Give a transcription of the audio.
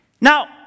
Now